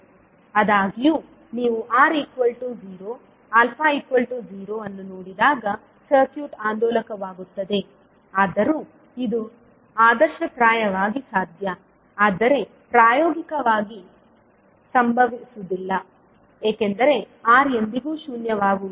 ಆದಾಗ್ಯೂ ನೀವು R0α0 ಅನ್ನು ನೋಡಿದಾಗ ಸರ್ಕ್ಯೂಟ್ ಆಂದೋಲಕವಾಗುತ್ತದೆ ಆದರೂ ಇದು ಆದರ್ಶಪ್ರಾಯವಾಗಿ ಸಾಧ್ಯ ಆದರೆ ಪ್ರಾಯೋಗಿಕವಾಗಿ ಸಂಭವಿಸುವುದಿಲ್ಲ ಏಕೆಂದರೆ r ಎಂದಿಗೂ ಶೂನ್ಯವಾಗುವುದಿಲ್ಲ